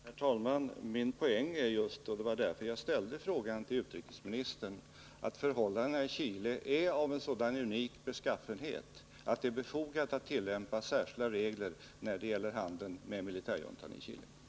Herr talman! Min poäng är just att förhållandena i Chile är av en sådan unik beskaffenhet att det är befogat att tillämpa särskilda regler när det gäller handeln med den därvarande militärjuntan.